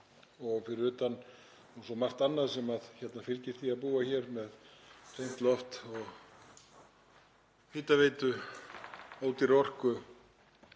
og fyrir utan svo margt annað sem fylgir því að búa hér, með hreint loft, hitaveitu, ódýra orku,